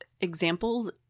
examples